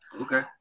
Okay